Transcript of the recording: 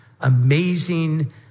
amazing